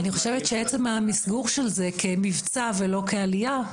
אני חושבת שעצם המסגור של זה כמבצע ולא כעלייה,